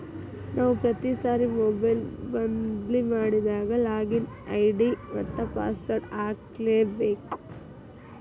ನಾವು ಪ್ರತಿ ಸಾರಿ ಮೊಬೈಲ್ ಬದ್ಲಿ ಮಾಡಿದಾಗ ಲಾಗಿನ್ ಐ.ಡಿ ಮತ್ತ ಪಾಸ್ವರ್ಡ್ ಹಾಕ್ಲಿಕ್ಕೇಬೇಕು